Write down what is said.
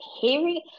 hearing